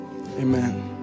Amen